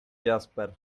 jasper